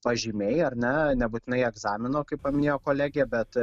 pažymiai ar ne nebūtinai egzamino kaip paminėjo kolegė bet